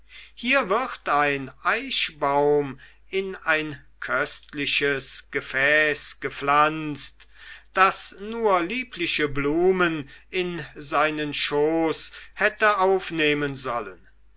hier wird ein eichbaum in ein köstliches gefäß gepflanzt das nur liebliche blumen in seinen schoß hätte aufnehmen sollen